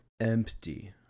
empty